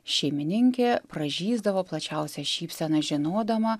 šeimininkė pražysdavo plačiausia šypsena žinodama